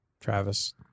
Travis